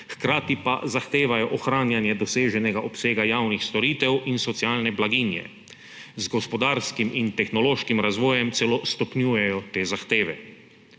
hkrati pa zahtevajo ohranjanje doseženega obsega javnih storitev in socialne blaginje. Z gospodarskim in tehnološkim razvojem celo stopnjujejo te zahteve.